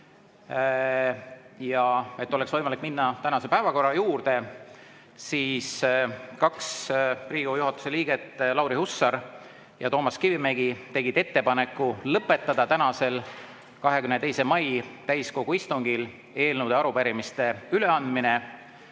Ja et oleks võimalik minna tänase päevakorra juurde, tegid kaks Riigikogu juhatuse liiget, Lauri Hussar ja Toomas Kivimägi, ettepaneku lõpetada tänasel, 22. mai täiskogu istungil eelnõude ja arupärimiste üleandmine. Nüüd